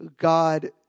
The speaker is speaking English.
God